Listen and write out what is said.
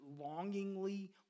longingly